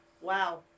Wow